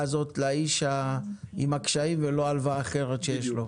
הזאת לאיש עם הקשיים ולא הלוואה אחרת שיש לו?